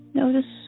Notice